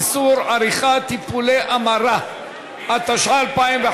איסור מתן טיפול המרה לקטין),